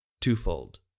twofold